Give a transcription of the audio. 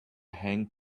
hang